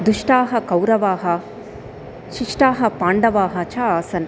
दुष्टाः कौरवाः शिष्टाः पाण्डवाः च आसन्